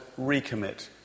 recommit